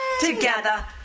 together